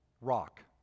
Rock